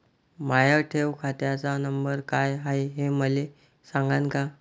माया ठेव खात्याचा नंबर काय हाय हे मले सांगान का?